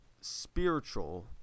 spiritual